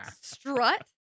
strut